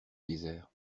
désert